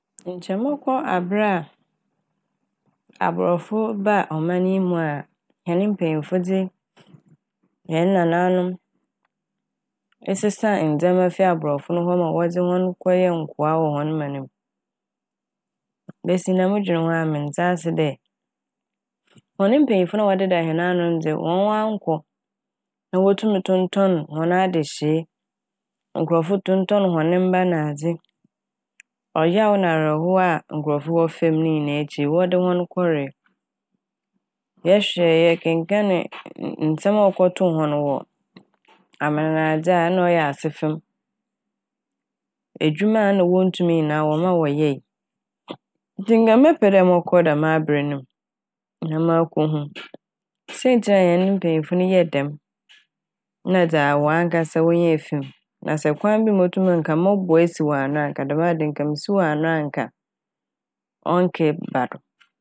Nkyɛ mɔkɔ aber a aborɔfo baa ɔman yi mu a hɛn mpanyimfo dze hɛn nanaanom esesaa ndzɛma fi aborɔfo hɔ ma wɔdze hɔn kɔyɛɛ nkowa wɔ hɔn man ne m'. Besi ndɛ modwen ho a menntse ase dɛ hɔn mpanyimfo a wɔdeda hɛn ano no dze hɔn wɔannkɔ na wotum tontɔɔn hɔn adehyee, nkorɔfo tontɔɔn hɔn mba nadze, ɔyaw na awerɛhow a nkorɔfo wɔfa m' ne nyinaa ekyir wɔde hɔn kɔree. Yɛhwɛ yɛkenkanee nsɛm a ɔkɔtoo hɔn wɔ amanadze a na a ɔyɛ asefim. Edwuma a nna wonntum nyinaa wɔmaa wɔyɛe ntsi nka mɛpɛ dɛ mɔkɔ hɔ dɛm aber nem na makohu siantsir a hɛn mpanyimfo no yɛɛ dɛm na dza hɔn ankasa wonyaa fi m'. Na sɛ kwan bi a motum anka mɔboa esiw ano a nka dɛm ade yi misiw ano anka ɔnnkɛ ba do.